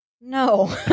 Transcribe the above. no